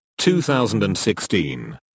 2016